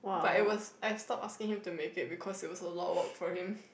but it was I stopped asking him to make it because it was lot of work for him